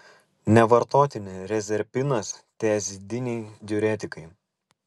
nevartotini rezerpinas tiazidiniai diuretikai